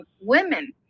women